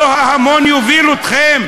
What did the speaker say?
לא שההמון יוביל אתכם.